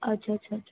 अच्छा अच्छा अच्छा